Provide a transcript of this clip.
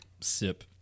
sip